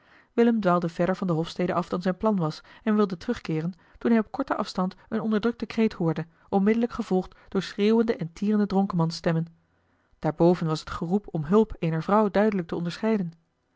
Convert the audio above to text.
willem dwaalde verder van de hofstede af dan zijn plan was en wilde terugkeeren toen hij op korten afstand een onderdrukten kreet hoorde onmiddellijk gevolgd door schreeuwende en tierende eli heimans willem roda dronkenmansstemmen daarboven was het geroep om hulp eener vrouw duidelijk te onderscheiden